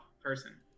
person